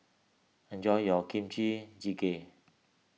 enjoy your Kimchi Jjigae